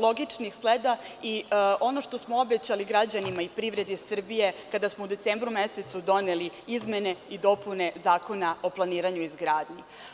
logičnih sleda i ono što smo obećali građanima i privredi Srbije, kada smo u decembru mesecu doneli izmene i dopune Zakona o planiranju i izgradnji.